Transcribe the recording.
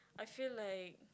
I feel like